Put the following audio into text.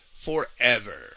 forever